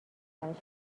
براش